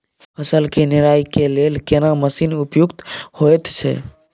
फसल के निराई के लेल केना मसीन उपयुक्त होयत छै?